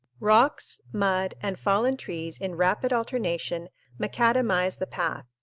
rocks, mud, and fallen trees in rapid alternation macadamize the path,